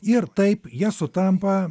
ir taip jie sutampa